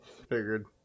Figured